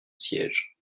siège